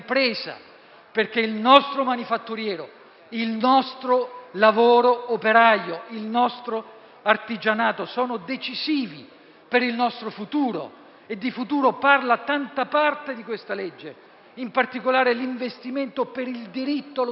perché il nostro manifatturiero, il nostro lavoro operaio, il nostro artigianato sono decisivi per il nostro futuro. Di futuro parla tanta parte del disegno di legge al nostro esame e in particolare l'investimento per il diritto allo studio: